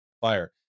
fire